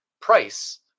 price